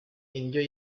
indyo